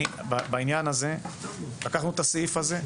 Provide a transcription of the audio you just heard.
בעניין הזה, לקחנו את הסעיף הזה.